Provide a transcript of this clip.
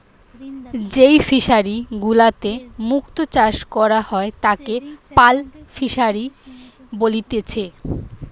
যেই ফিশারি গুলাতে মুক্ত চাষ করা হয় তাকে পার্ল ফিসারী বলেতিচ্ছে